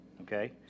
Okay